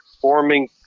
forming